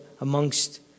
amongst